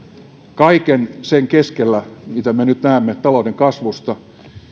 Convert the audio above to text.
kaiken sen keskellä mitä me nyt näemme talouden kasvusta